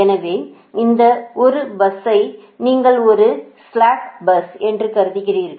எனவே இந்த 1 பஸை நீங்கள் ஒரு ஸ்ளாக் பஸ் என்று கருதுகிறீர்கள்